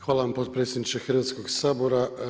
Hvala vam potpredsjedniče Hrvatskoga sabora.